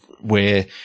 where-